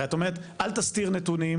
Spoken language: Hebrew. הרי את אומרת אל תסתיר נתונים